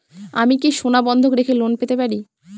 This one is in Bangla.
আমি কি সোনা বন্ধক রেখে লোন পেতে পারি?